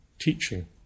teaching